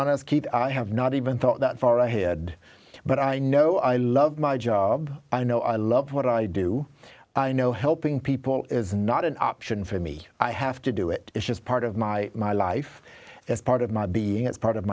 honest keep i have not even thought that far ahead but i know i love my job i know i love what i do i know helping people is not an option for me i have to do it it's just part of my my life is part of my being it's part of